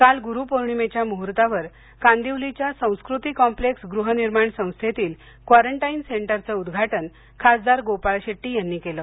काल गुरु पौर्णिमेच्या मुहूर्तावर कांदिवलीच्या संस्कृती कॉम्प्लेक्स गृहनिर्माण संस्थेतील क्वारंटाईन सेंटरचं उद्घाटन खासदार गोपाळ शेट्टी यांनी केलं